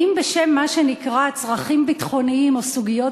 האם בשם מה שנקרא "צרכים ביטחוניים" או "סוגיות